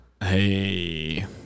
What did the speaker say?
Hey